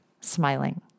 smiling